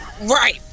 Right